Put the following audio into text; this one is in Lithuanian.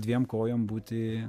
dviem kojom būti